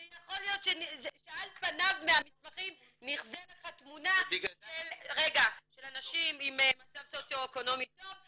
שעל פניו מהמסמכים נחזית לך תמונה של אנשים עם מצב סוציו אקונומי טוב,